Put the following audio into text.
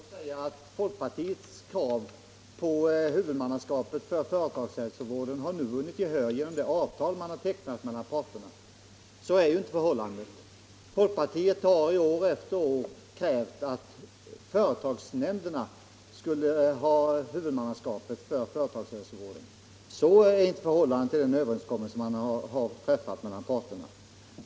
Herr talman! Herr Jonsson i Alingsås säger att folkpartiets krav på huvudmannaskapet för företagshälsovården nu har vunnit gehör genom det avtal som parterna tecknat. Så är ju inte förhållandet. Folkpartiet har år efter år krävt att företagsnämnderna skall ha huvudmannaskapet för företagshälsovården. men deta har inte alls blivit fallet i den överenskommelse som träffats.